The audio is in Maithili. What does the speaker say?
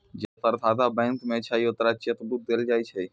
जेकर खाता बैंक मे छै ओकरा चेक बुक देलो जाय छै